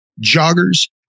joggers